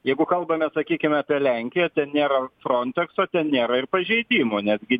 jeigu kalbame sakykim apie lenkiją ten nėra frontekso ten nėra ir pažeidimo netgi